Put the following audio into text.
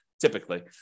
typically